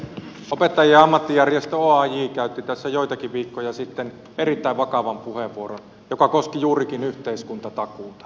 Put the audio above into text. opettajien ammattijärjestö oaj käytti tässä joitakin viikkoja sitten erittäin vakavan puheenvuoron joka koski juurikin yhteiskuntatakuuta